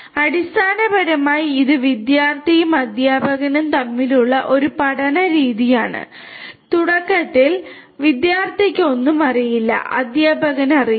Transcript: അതിനാൽ അടിസ്ഥാനപരമായി ഇത് വിദ്യാർത്ഥിയും അധ്യാപകനും തമ്മിലുള്ള ഒരു പഠന രീതിയാണ് തുടക്കത്തിൽ വിദ്യാർത്ഥിക്ക് ഒന്നും അറിയില്ല അധ്യാപകന് അറിയാം